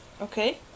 Okay